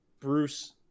Bruce